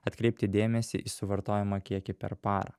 atkreipti dėmesį į suvartojamą kiekį per parą